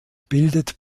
bildet